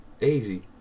Easy